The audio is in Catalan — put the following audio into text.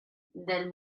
del